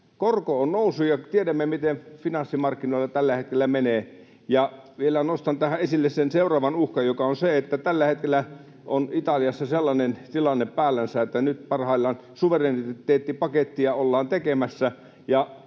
Korko on noussut, ja tiedämme, miten finanssimarkkinoilla tällä hetkellä menee. Vielä nostan tähän esille sen seuraavan uhkan, joka on se, että tällä hetkellä on Italiassa sellainen tilanne päällänsä, että nyt parhaillaan suvereniteettipakettia ollaan tekemässä.